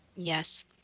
Yes